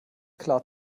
klar